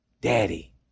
Daddy